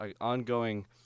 ongoing